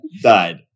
died